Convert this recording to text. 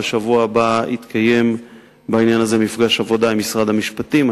ובשבוע הבא יתקיים בעניין הזה מפגש עבודה עם משרד המשפטים.